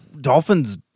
Dolphins